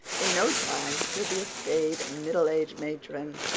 in no time you'll be a staid, middle-aged matron,